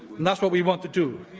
and that's what we want to do.